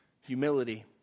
humility